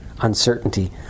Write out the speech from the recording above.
uncertainty